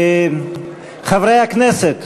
חברי הכנסת,